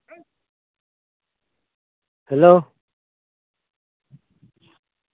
hello